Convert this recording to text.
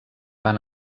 van